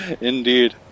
Indeed